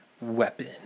weapon